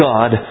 God